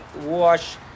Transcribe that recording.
wash